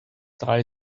drei